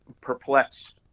perplexed